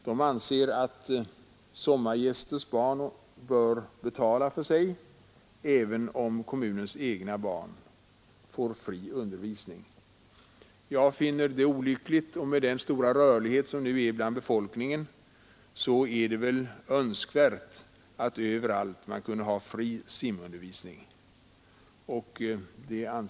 De tycker att sommargästers barn bör betala för sig även om kommunens egna barn får fri undervisning. Jag finner det olyckligt, och med den nuvarande stora rörligheten bland befolkningen är det önskvärt att man överallt kunde ha fri simundervisning.